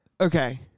Okay